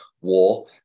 war